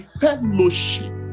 fellowship